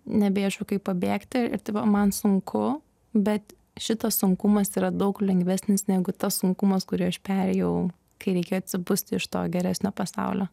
nebeieškau kaip pabėgti ir tai buvo man sunku bet šitas sunkumas yra daug lengvesnis negu tas sunkumas kurį aš perėjau kai reikėjo atsibusti iš to geresnio pasaulio